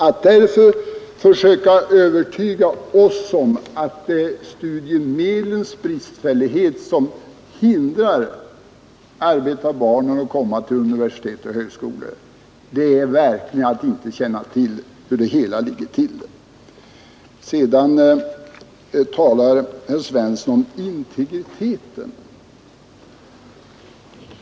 Att därför försöka övertyga oss om att det är studiemedlens bristfällighet som hindrar arbetarbarnen att komma till universitet och högskolor är verkligen att vara okunnig om hur det hela ligger till. Sedan talade herr Svensson om integriteten.